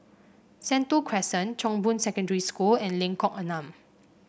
Sentul Crescent Chong Boon Secondary School and Lengkok Enam